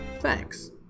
Thanks